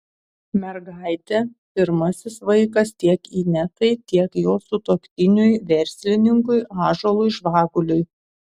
mergaitė pirmasis vaikas tiek inetai tiek jos sutuoktiniui verslininkui ąžuolui žvaguliui